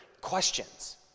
questions